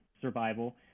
survival